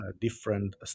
different